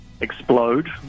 explode